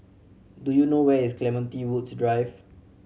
do you know where is Clementi Woods Drive